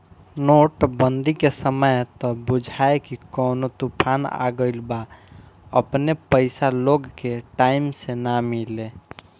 note बंदी के समय त बुझाए की कवनो तूफान आ गईल बा अपने पईसा लोग के टाइम से ना मिले